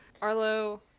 Arlo